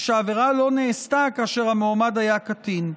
ושהעבירה לא נעשתה כאשר המועמד היה קטין.